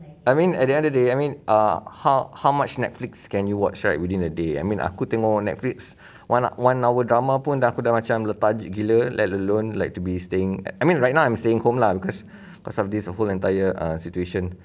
I mean at the end of day I mean ah how how much netflix can you watch right within a day I mean aku tengok netflix one one hour drama pun dah aku dah macam lethargic gila like alone like to be staying I mean right now I'm staying home lah because because of this the whole entire err situation